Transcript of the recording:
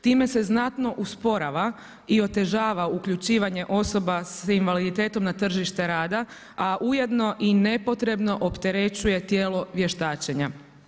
Time se znatno usporava i otežava uključivanje osoba s invaliditetom na tržište rada, a ujedno i nepotrebno opterećuje tijelo vještačenja.